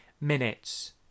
minutes